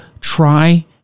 Try